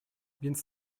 więc